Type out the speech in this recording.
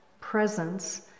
presence